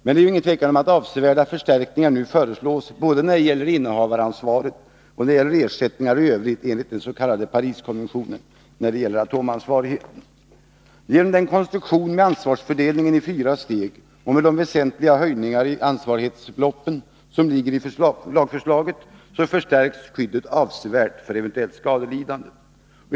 Det råder inget tvivel om att avsevärda förstärkningar föreslås både när det gäller innehavaransvaret och när det gäller ersättningar i övrigt enligt den s.k. Pariskonventionen om atomansvarighet. Genom den konstruktion av ansvarsfördelningen i fyra steg och genom de väsentliga höjningar av ansvarighetsbeloppen som anges i lagförslaget förstärks skyddet avsevärt för eventuellt skadelidande.